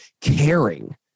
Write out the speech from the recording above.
caring